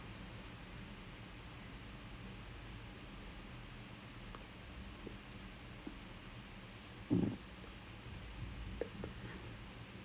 okay நடிக்கிறதுக்கு:nadikirathukku ready ஆகணும் நா இது இது எல்லாம் பண்:aakanum naa ithu ithu ellaam pan like this there's a way you can get into it அந்த மாதிரி:antha maathiri you know like some people they will say I'm I'm getting into character